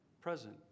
present